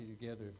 together